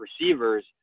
receivers